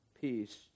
peace